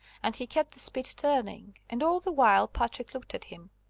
and he kept the spit turning, and all the while patrick looked at him.